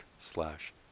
slash